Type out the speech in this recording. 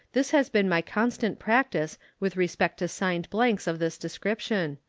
this has been my constant practice with respect to signed blanks of this description.